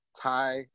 thai